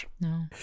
No